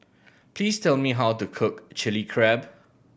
please tell me how to cook Chilli Crab